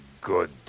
good